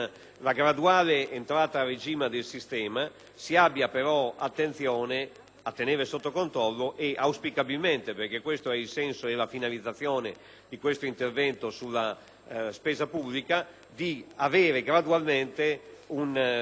a tenere sotto controllo - auspicabilmente, perché questo è il senso e la finalizzazione di tale intervento sulla spesa pubblica - e ad avere un processo di graduale abbassamento e riduzione della pressione fiscale complessiva.